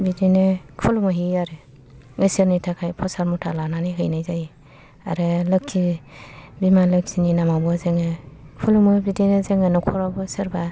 बिदिनो खुलुमहैयो आरो गोसोनि थाखाय प्रसाद मुथा लानानै हैनाय जायो आरो लोखि बिमा लोखिनि नामावबो खुलुमो बिदिनो जोङो न'खरावबो सोरबा